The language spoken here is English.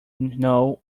know